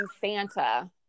santa